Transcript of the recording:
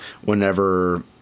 Whenever